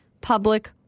public